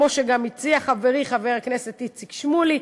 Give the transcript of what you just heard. כמו שגם הציע חברי חבר הכנסת איציק שמולי,